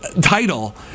title